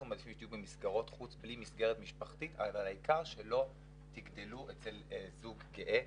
במסגרות חוץ בלי מסגרת משפחתית אבל העיקר שלא תגדלו אצל זוג גאה.